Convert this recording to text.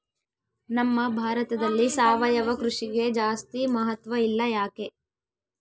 ನಮ್ಮ ಭಾರತದಲ್ಲಿ ಸಾವಯವ ಕೃಷಿಗೆ ಜಾಸ್ತಿ ಮಹತ್ವ ಇಲ್ಲ ಯಾಕೆ?